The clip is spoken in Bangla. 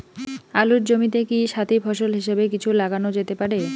আলুর জমিতে কি সাথি ফসল হিসাবে কিছু লাগানো যেতে পারে?